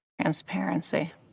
transparency